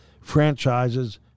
franchises